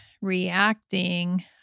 reacting